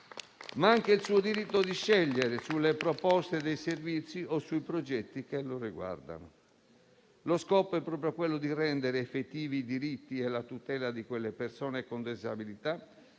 e nel suo diritto di scegliere sulle proposte dei servizi o sui progetti che lo riguardano. Lo scopo è proprio rendere effettivi i diritti e la tutela delle persone con disabilità